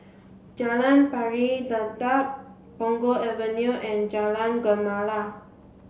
Jalan Pari Dedap Punggol Avenue and Jalan Gemala